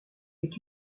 est